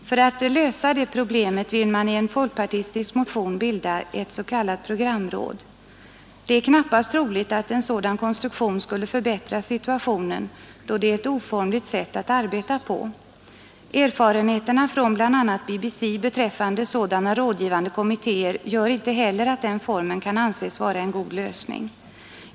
För att lösa detta problem vill man i en folkpartistisk motion bilda ett s.k. programråd. Det är knappast troligt att en sådan konstruktion skulle förbättra situationen, då det är ett oformligt sätt att arbeta på. Erfarenheterna från bl.a. BBC beträffande sådana rådgivande kommittéer gör inte heller att den formen kan anses vara en god lösning.